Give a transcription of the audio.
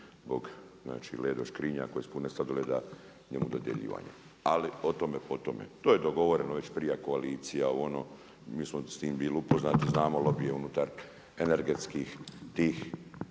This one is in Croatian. znači Ledo škrinja koje su pune sladoleda njemu dodjeljivane. Ali o tome, po tome. To je dogovoreno već prije koalicija, mi smo s time bili upoznati, znamo lobije unutar energetskih tih